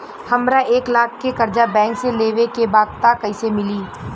हमरा एक लाख के कर्जा बैंक से लेवे के बा त कईसे मिली?